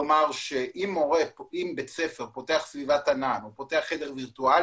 כלומר אם בית ספר פותח סביבת ענן או פותח חדר וירטואלי,